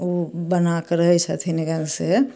ओ बनाके रहै छथिन एकदम सेफ